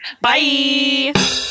Bye